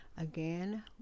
Again